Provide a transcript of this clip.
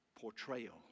portrayal